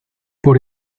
por